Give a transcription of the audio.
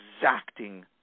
exacting